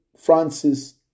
Francis